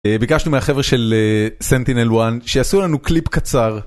ביקשנו מהחבר'ה של Sentinel-1 שיעשו לנו קליפ קצר.